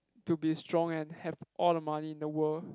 to be strong and have all the money in the world